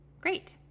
great